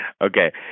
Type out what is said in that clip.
Okay